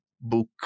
book